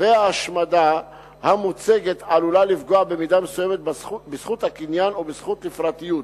וההשמדה המוצגת עלולה לפגוע במידה מסוימת בזכות הקניין ובזכות לפרטיות,